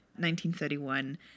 1931